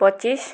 ପଚିଶ